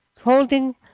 holding